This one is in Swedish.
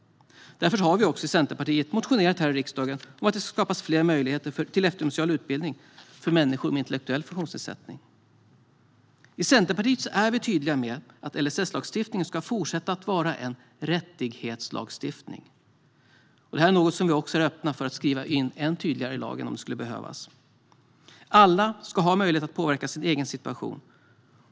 Därför har Centerpartiet motionerat i riksdagen om att det behöver skapas fler möjligheter till eftergymnasial utbildning för människor med intellektuell funktionsnedsättning. I Centerpartiet är vi tydliga med att LSS-lagstiftningen ska fortsätta att vara en rättighetslagstiftning. Det är vi också öppna för att skriva in ännu tydligare i lagen, om det skulle behövas. Alla ska ha möjlighet att påverka sin egen situation.